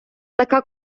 така